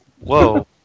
Whoa